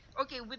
okay